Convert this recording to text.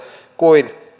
kuin